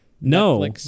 No